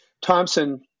Thompson